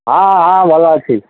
ହଁ ହଁ ଭଲ ଅଛି